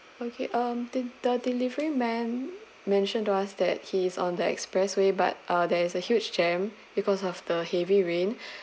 okay um the the delivery man mentioned to us that he is on the expressway but uh there is a huge jammed because of the heavy rain